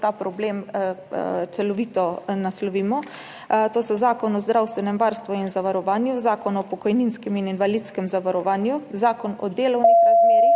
ta problem celovito naslovimo. To so Zakon o zdravstvenem varstvu in zdravstvenem zavarovanju, Zakon o pokojninskem in invalidskem zavarovanju, Zakon o delovnih razmerjih,